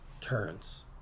turns